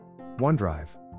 OneDrive